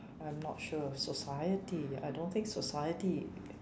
I'm not sure of society I don't think society